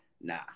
Nah